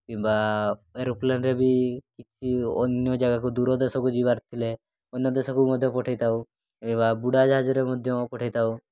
କିମ୍ବା ଏରୋପ୍ଲେନ୍ରେ ବି କି ଅନ୍ୟ ଜାଗାକୁ ଦୂର ଦେଶକୁ ଯିବାର ଥିଲେ ଅନ୍ୟ ଦେଶକୁ ମଧ୍ୟ ପଠାଇଥାଉ କିମ୍ବା ବୁଡ଼ାଜାହାଜରେ ମଧ୍ୟ ପଠାଇଥାଉ